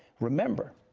remember,